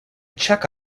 check